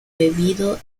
bebido